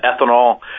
ethanol